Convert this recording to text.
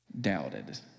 doubted